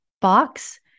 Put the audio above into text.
box